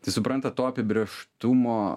tai suprantat to apibrėžtumo